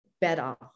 better